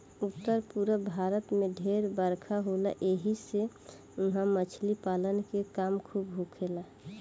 उत्तर पूरब भारत में ढेर बरखा होला ऐसी से उहा मछली पालन के काम खूब होखेला